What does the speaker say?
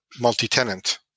multi-tenant